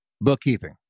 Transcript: Bookkeeping